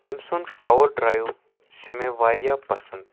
تٔمہ سُند کَور ڑرایو چھِ مے واریاہ پَسند